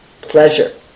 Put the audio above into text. pleasure